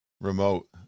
remote